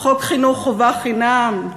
חוק חינוך חובה חינם.